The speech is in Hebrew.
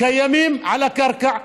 קיימים על הקרקע,